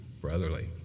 brotherly